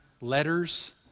letters